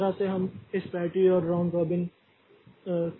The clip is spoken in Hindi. तो इस तरह से हम इस प्रायोरिटी शेड्यूलिंग और राउंड रॉबिन का संयोजन कर सकते हैं